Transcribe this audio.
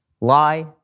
Lie